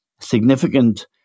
significant